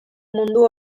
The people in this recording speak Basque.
mundu